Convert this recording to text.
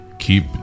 keep